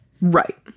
Right